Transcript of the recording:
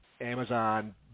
Amazon